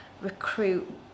recruit